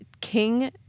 king